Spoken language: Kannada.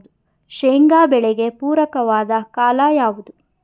ಶೇಂಗಾ ಬೆಳೆಗೆ ಪೂರಕವಾದ ಕಾಲ ಯಾವುದು?